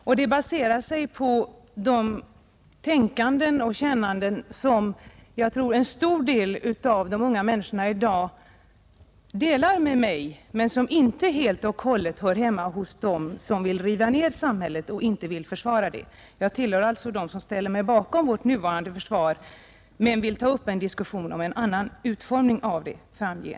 Det kravet baseras på tankar och känslor som jag tror att många unga människor i dag delar med mig men som inte helt och hållet hör hemma hos dem som vill riva ned samhället och inte vill försvara det. Jag tillhör alltså dem som ställer sig bakom vårt nuvarande försvar men vill ta upp en diskussion om en annan utformning av det framgent.